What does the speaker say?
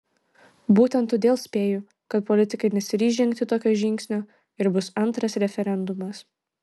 būtent todėl spėju kad politikai nesiryš žengti tokio žingsnio ir bus antras referendumas